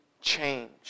change